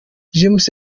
james